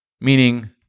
meaning